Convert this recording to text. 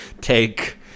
take